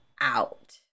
out